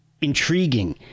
intriguing